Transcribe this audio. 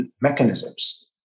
mechanisms